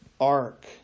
ark